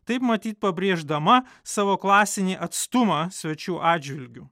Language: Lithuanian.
taip matyt pabrėždama savo klasinį atstumą svečių atžvilgiu